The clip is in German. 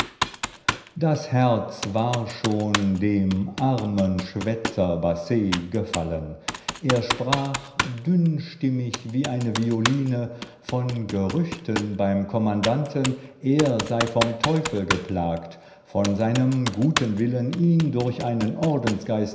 das herz war schon dem armen schwätzer basset gefallen er sprach dünnstimmig wie eine violine von gerüchten beim kommandanten er sei vom teufel geplagt von seinem guten willen ihn durch einen